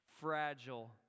fragile